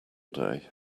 day